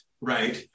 right